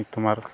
ᱛᱳᱢᱟᱨ